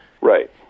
Right